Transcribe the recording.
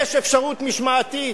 יש אפשרות משמעתית.